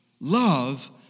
Love